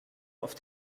auf